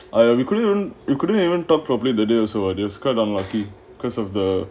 I have you couldn't you couldn't even talk properly that day also who ideas cut unlucky because of the